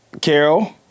Carol